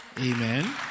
Amen